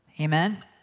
Amen